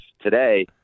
today